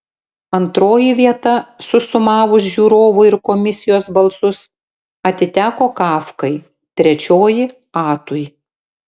antroji vieta susumavus žiūrovų ir komisijos balsus atiteko kafkai trečioji atui